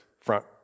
front